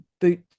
boot